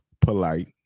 polite